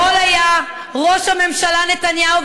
יכול היה ראש הממשלה נתניהו,